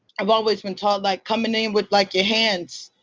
i've always been told like coming in with like your hands,